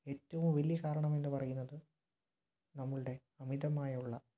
ഏറ്റവും വലിയ കാരണമെന്ന് പറയുന്നത് നമ്മളുടെ അമിതമായുള്ള